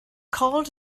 called